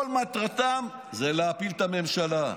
כל מטרתם היא להפיל את הממשלה.